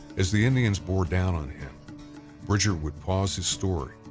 as the indians bore down on him bridger would pause his story,